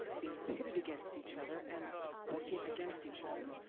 being pitted against each other and working against each other.